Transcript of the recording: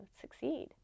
succeed